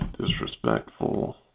Disrespectful